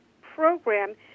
program